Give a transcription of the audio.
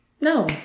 no